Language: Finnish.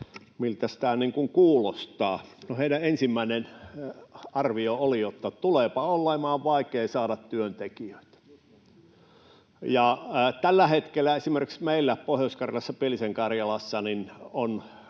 niin kuin kuulostaa. No, heidän ensimmäinen arvionsa oli, että tulee olemaan vaikeaa saada työntekijöitä. Tällä hetkellä esimerkiksi meillä Pohjois-Karjalassa, Pielisen Karjalassa,